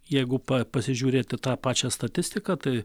jeigu pa pasižiūrėti tą pačią statistiką tai